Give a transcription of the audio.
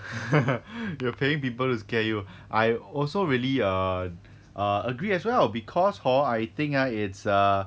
you are paying people to scare you I also really uh uh agree as well because hor I think ah it's err